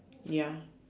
ya